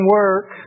work